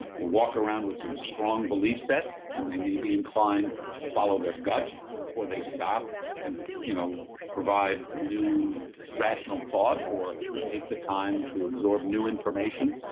will walk around with some strong belief sets and they may be inclined to follow their gut before they stop and you know provide new rational thought or the time to absorb new information.